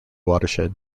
watershed